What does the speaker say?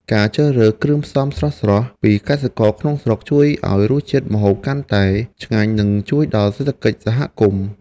ការជ្រើសរើសគ្រឿងផ្សំស្រស់ៗពីកសិករក្នុងស្រុកជួយឱ្យរសជាតិម្ហូបកាន់តែឆ្ងាញ់ និងជួយដល់សេដ្ឋកិច្ចសហគមន៍។